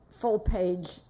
full-page